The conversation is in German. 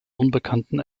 unbekannten